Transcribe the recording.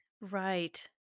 Right